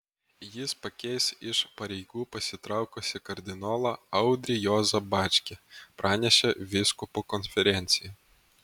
jis pakeis iš pareigų pasitraukusį kardinolą audrį juozą bačkį pranešė vyskupų konferencija